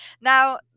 Now